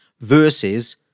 versus